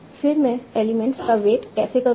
फिर मैं एलिमेंट्स का वेट कैसे करूं